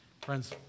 Friends